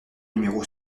numéro